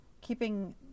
keeping